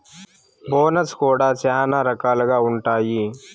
bonus కూడా శ్యానా రకాలుగా ఉంటాయి